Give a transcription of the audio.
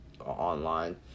online